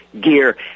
gear